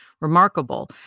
remarkable